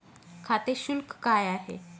खाते शुल्क काय आहे?